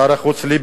שר החוץ ליברמן,